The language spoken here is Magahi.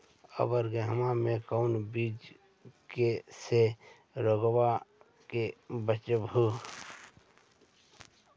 अबर गेहुमा मे कौन चीज के से रोग्बा के बचयभो?